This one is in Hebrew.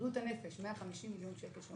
בריאות הנפש 150 מיליון שקל.